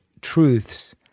truths